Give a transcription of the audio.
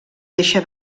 deixa